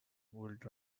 would